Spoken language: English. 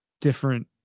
different